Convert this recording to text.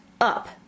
up